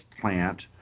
plant